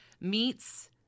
Meets